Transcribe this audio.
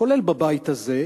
כולל בבית הזה,